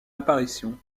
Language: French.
apparition